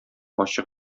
ачык